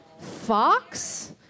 fox